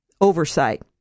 oversight